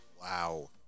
wow